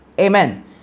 Amen